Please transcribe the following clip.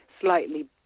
slightly